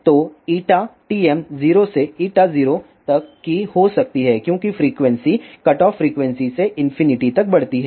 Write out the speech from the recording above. तोTM 0 से 0 तक की हो सकती है क्योकि फ्रीक्वेंसी कट ऑफ फ्रीक्वेंसी से इंफिनिटी तक बढ़ती है